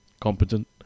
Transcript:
competent